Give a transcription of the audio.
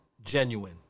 genuine